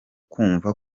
kumva